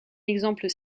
exemple